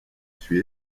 suis